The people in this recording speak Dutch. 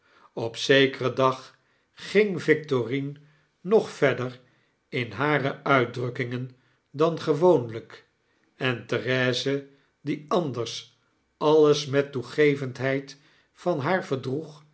op zekeren dag ging victorine nog verder in hare uitdrukkingen dan gewoonlgk en therese die anders alles met toegevendheid van haar verdroeg